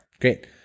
Great